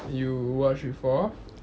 you watch before